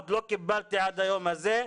עוד לא קיבלתי עד היום הזה.